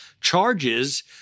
charges